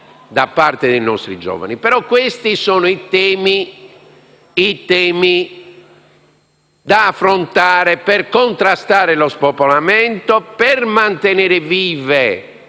società dei nostri giovani. Questi sono però i temi da affrontare per contrastare lo spopolamento, per mantenere vive